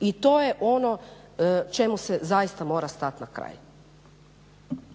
i to je ono čemu se zaista mora stati na kraj.